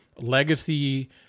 legacy